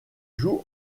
joue